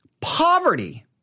poverty